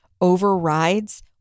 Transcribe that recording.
overrides